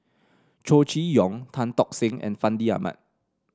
Chow Chee Yong Tan Tock Seng and Fandi Ahmad